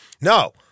No